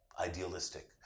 idealistic